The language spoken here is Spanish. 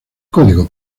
código